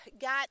got